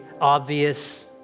obvious